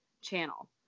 channel